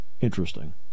interesting